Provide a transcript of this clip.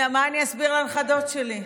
מה אני אסביר לנכדות שלי?